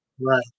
Right